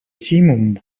simum